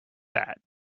that